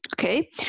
Okay